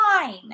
fine